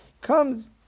Comes